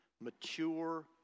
mature